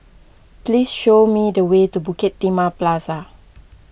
please show me the way to Bukit Timah Plaza